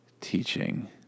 teaching